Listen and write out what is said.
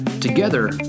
Together